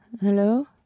hello